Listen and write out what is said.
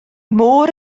môr